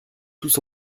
tous